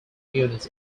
units